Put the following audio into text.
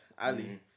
Ali